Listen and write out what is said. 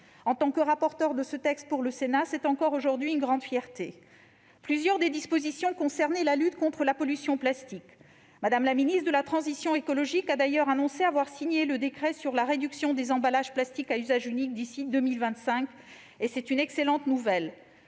J'étais rapporteure de ce texte pour le Sénat et c'est pour moi, encore aujourd'hui, un sujet de fierté ! Plusieurs des dispositions concernaient la lutte contre la pollution par le plastique. Mme la ministre de la transition écologique a d'ailleurs annoncé avoir signé le décret sur la réduction des emballages en plastique à usage unique d'ici à 2025- c'est une excellente nouvelle